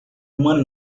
uma